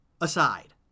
aside